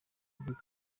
bwo